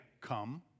come